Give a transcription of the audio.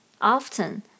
often